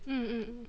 mm mm mm